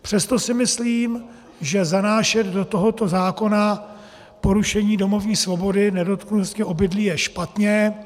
Přesto si myslím, že zanášet do tohoto zákona porušení domovní svobody, nedotknutelnosti obydlí, je špatně.